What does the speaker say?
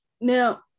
Now